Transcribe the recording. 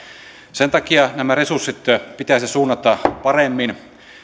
sen takia nämä resurssit pitäisi suunnata paremmin